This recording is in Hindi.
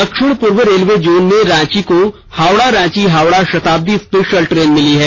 दक्षिण पूर्व रेलवे जोन में रांची को हावड़ा रांची हावड़ा शताब्दी स्पेशल ट्रेन मिली है